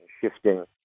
shifting